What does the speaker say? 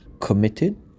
committed